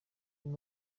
uyu